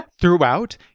throughout